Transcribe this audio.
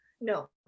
No